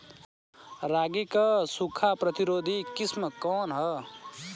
रागी क सूखा प्रतिरोधी किस्म कौन ह?